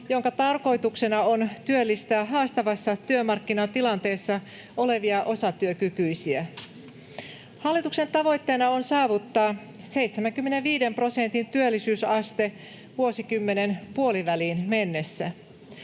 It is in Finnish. jonka tarkoituksena on työllistää haastavassa työmarkkinatilanteessa olevia osatyökykyisiä. Hallituksen tavoitteena on saavuttaa 75 prosentin työllisyysaste vuosikymmenen puoliväliin mennessä.